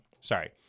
Sorry